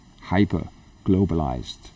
hyper-globalized